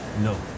No